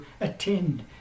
attend